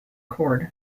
chord